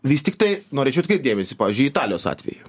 vis tiktai norėčiau atkreipt dėmesį pavyzdžiui į italijos atvejį